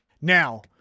Now